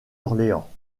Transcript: orléans